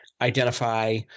identify